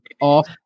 off